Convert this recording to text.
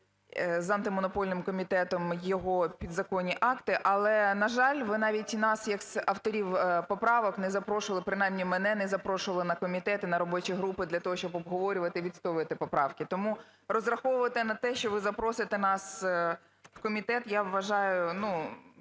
з Антимонопольним комітетом його підзаконні акти. Але, на жаль, ви навіть нас як авторів поправок не запрошували, принаймні мене не запрошували, на комітети, на робочі групи для того, щоб обговорювати, відстоювати поправки. Тому розраховувати на те, що ви запросите нас в комітет, я вважаю, ну